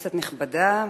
כנסת נכבדה,